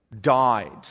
died